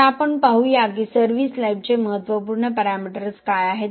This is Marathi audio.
आता आपण पाहू या की सर्व्हीस लाईफचे महत्त्वपूर्ण पॅरामीटर्स काय आहेत